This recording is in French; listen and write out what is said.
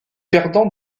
perdants